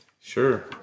Sure